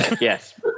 yes